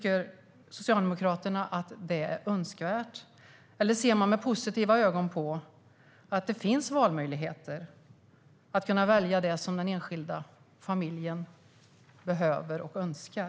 Eller ser ni med positiva ögon på att det finns valmöjligheter, att den enskilda familjen ska kunna välja det som den behöver och önskar?